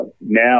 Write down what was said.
now